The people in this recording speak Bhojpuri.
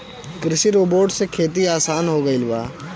कृषि रोबोट से खेती आसान हो गइल बा